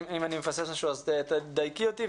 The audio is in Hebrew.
אם אני מפספס במשהו תדייקי אותי,